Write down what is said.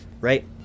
right